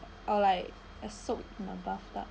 or like a soap in a bathtub